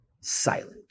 silent